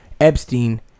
Epstein